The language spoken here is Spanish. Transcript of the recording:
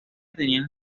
tenían